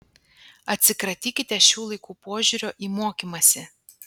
atsikratykite šių laikų požiūrio į mokymąsi